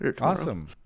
Awesome